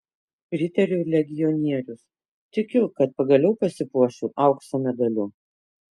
riterių legionierius tikiu kad pagaliau pasipuošiu aukso medaliu